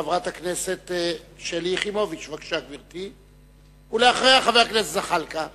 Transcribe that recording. חברת הכנסת יחימוביץ, ואחריה, חבר הכנסת זחאלקה.